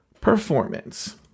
performance